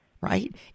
right